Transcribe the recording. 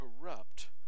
corrupt